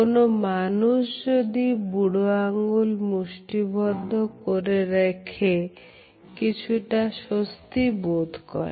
কোন মানুষ যদি বুড়ো আঙ্গুল মুষ্টিবদ্ধ করে রেখে কিছুটা স্বস্তি বোধ করে